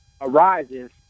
arises